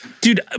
Dude